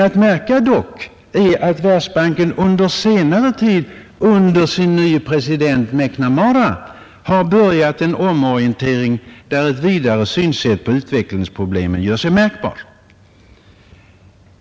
Att märka är dock att Världsbanken på senare tid under sin nye president, McNamara, börjat en omorientering; där ett vidare synsätt gör sig märkbart när det gäller utvecklingsproblemen.